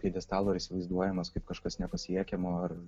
pjedestalo ir įsivaizduojamas kaip kažkas nepasiekiamo ar